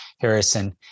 Harrison